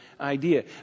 idea